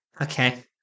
Okay